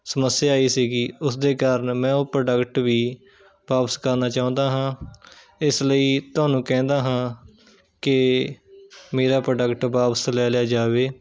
ਸਮੱਸਿਆ ਆਈ ਸੀਗੀ ਉਸਦੇ ਕਾਰਨ ਮੈਂ ਉਹ ਪ੍ਰੋਡਕਟ ਵੀ ਵਾਪਸ ਕਰਨਾ ਚਾਹੁੰਦਾ ਹਾਂ ਇਸ ਲਈ ਤੁਹਾਨੂੰ ਕਹਿੰਦਾ ਹਾਂ ਕਿ ਮੇਰਾ ਪ੍ਰੋਡਕਟ ਵਾਪਸ ਲੈ ਲਿਆ ਜਾਵੇ